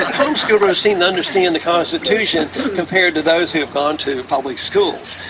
homeschoolers seem to understand the constitution compared to those who have gone to public schools.